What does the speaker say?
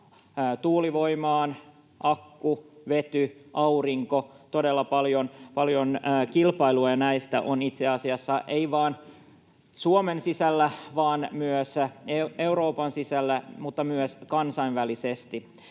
tuulivoimaan, akku-, vety-, aurinkovoimaan. Todella paljon kilpailua näistä on itse asiassa ei vain Suomen sisällä vaan myös Euroopan sisällä ja myös kansainvälisesti.